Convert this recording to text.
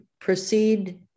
proceed